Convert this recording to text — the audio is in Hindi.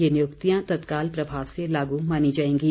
ये नियुक्तियां तत्काल प्रभाव से लागू मानी जाएंगी